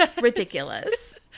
Ridiculous